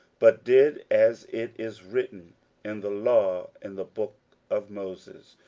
but did as it is written in the law in the book of moses,